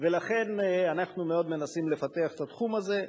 לכן, אנחנו מנסים מאוד לפתח את התחום הזה.